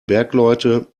bergleute